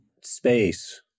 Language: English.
space